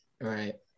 Right